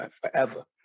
forever